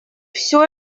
все